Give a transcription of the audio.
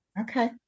Okay